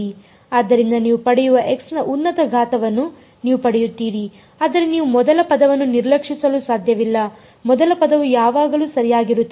ಆದ್ದರಿಂದ ನೀವು ಪಡೆಯುವ x ನ ಉನ್ನತ ಘಾತವನ್ನು ನೀವು ಪಡೆಯುತ್ತೀರಿ ಆದರೆ ನೀವು ಮೊದಲ ಪದವನ್ನು ನಿರ್ಲಕ್ಷಿಸಲು ಸಾಧ್ಯವಿಲ್ಲ ಮೊದಲ ಪದವು ಯಾವಾಗಲೂ ಸರಿಯಾಗಿರುತ್ತದೆ